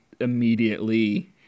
immediately